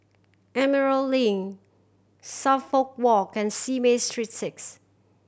Emerald Link Suffolk Walk and Simei Street Six